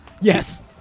Yes